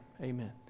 amen